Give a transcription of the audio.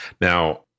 Now